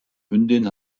hündin